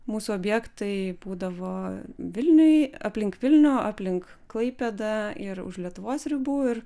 mūsų objektai būdavo vilniuj aplink vilnių aplink klaipėdą ir už lietuvos ribų ir